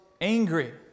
angry